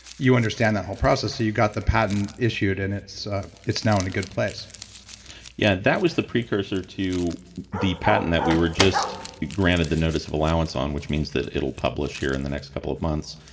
you understand that whole process. so, you got the patent issues, and it's it's now in a good place yeah. that was the precursor to the patent that we were just granted the notice of allowance on, which means that it'll publish here in the next couple of months.